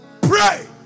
pray